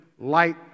light